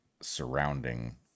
surrounding